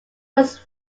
was